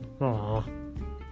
Aww